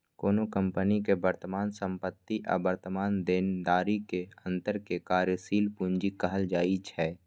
कोनो कंपनी के वर्तमान संपत्ति आ वर्तमान देनदारी के अंतर कें कार्यशील पूंजी कहल जाइ छै